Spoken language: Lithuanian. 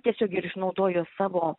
tiesiog ir išnaudojo savo